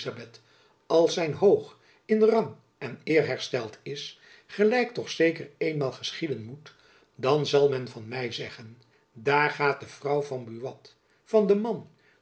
als zijn hoogh in rang en eer hersteld is gelijk toch zeker eenmaal geschieden moet dan zal men van my zeggen daar gaat de vrouw van buat van den man